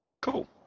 Cool